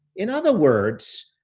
in other words,